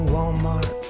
Walmart